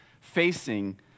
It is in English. Facing